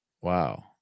Wow